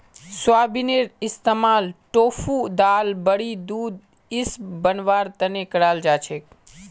सोयाबीनेर इस्तमाल टोफू दाल बड़ी दूध इसब बनव्वार तने कराल जा छेक